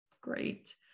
great